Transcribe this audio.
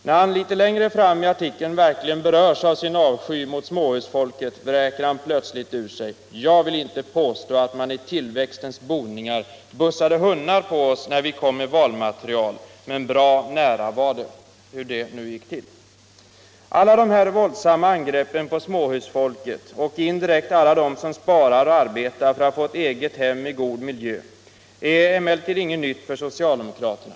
När han litet längre fram 1i artikeln verkligen berörs av sin avsky mot småhusfolket, vräker han plötsligt ur sig: ”Jag vill inte påstå att man i tillväxtens boningar bussade hundar på oss när vi kom med valmaterial. Men bra nära var det.” Hur nu det gick till! Alla de här våldsamma angreppen på småhusfolket och indirekt på alla dem som sparar och arbetar för att få ett eget hem i god miljö är emellertid inget nytt för socialdemokraterna.